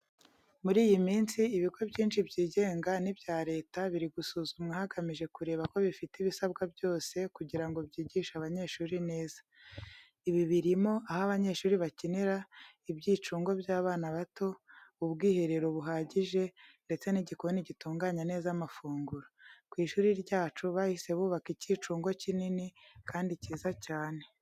Muri iyi minsi, ibigo byinshi byigenga n’ibya leta biri gusuzumwa hagamijwe kureba ko bifite ibisabwa byose kugira ngo byigishe abanyeshuri neza. Ibi birimo aho abanyeshuri bakinira, ibyicungo by’abana bato, ubwiherero buhagije ndetse n’igikoni gitunganya neza amafunguro. Ku ishuri ryacu, bahise bubaka icyicungo kinini kandi cyiza cyane.